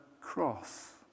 cross